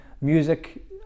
music